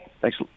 Thanks